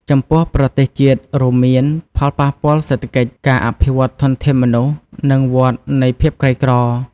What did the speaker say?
ចំពោះប្រទេសជាតិ រួមមាន ផលប៉ះពាល់សេដ្ឋកិច្ច ការអភិវឌ្ឍធនធានមនុស្ស និងវដ្តនៃភាពក្រីក្រ។